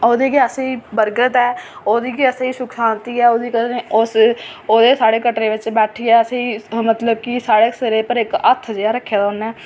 ओह्दी गै असेंगी बरकत ऐ ओह्दी गै असेंगी सुख शांति ऐ ओह्दे कदें ओह् साढ़े कटरे बिच बैठियै असेंगी मतलब कि साढ़े जेह् सिरै पर हत्थ जेहा रक्खे दा उ'नें